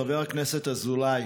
חבר הכנסת אזולאי,